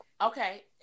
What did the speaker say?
okay